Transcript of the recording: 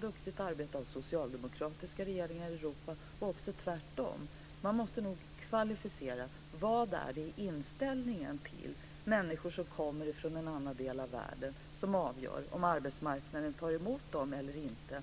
duktigt och bra arbete av socialdemokratiska regeringar i Europa, och också tvärtom. Man måste nog kvalificera: Vad är det i inställningen till människor som kommer från en annan del av världen som avgör om arbetsmarknaden tar emot dem eller inte?